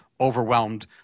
overwhelmed